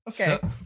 Okay